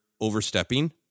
overstepping